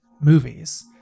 movies